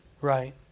right